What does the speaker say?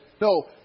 No